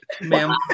ma'am